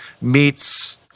meets